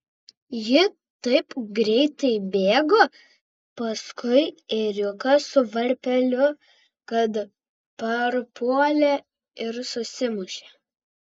ji taip greitai bėgo paskui ėriuką su varpeliu kad parpuolė ir susimušė